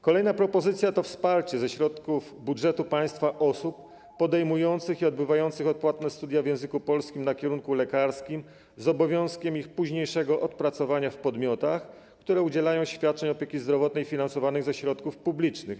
Kolejna propozycja to wsparcie ze środków budżetu państwa osób podejmujących i odbywających odpłatne studia w języku polskim na kierunku lekarskim z obowiązkiem ich późniejszego odpracowania w podmiotach, które udzielają świadczeń opieki zdrowotnej finansowanych ze środków publicznych.